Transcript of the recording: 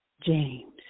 James